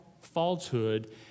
falsehood